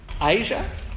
Asia